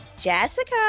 Jessica